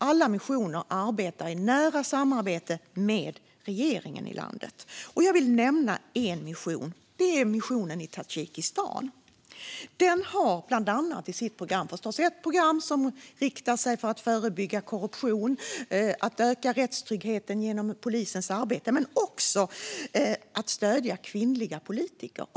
Alla missioner arbetar i nära samarbete med regeringen i landet. Jag vill särskilt nämna en mission: missionen i Tadzjikistan. Den har ett program för att bland annat förebygga korruption och öka rättstryggheten genom polisens arbete men också för att stödja kvinnliga politiker.